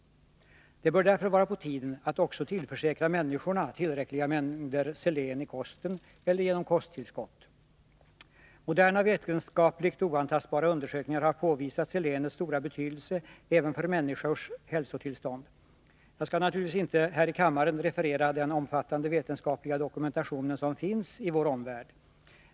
Det bör därför vara på tiden att också tillförsäkra människorna tillräckliga mängder selen i kosten eller genom kosttillskott. Moderna, vetenskapligt oantastbara undersökningar har påvisat selenets stora betydelse även för människors hälsotillstånd. Jag skall naturligtvis inte här i kammaren referera den omfattande vetenskapliga dokumentation som finns i vår omvärld.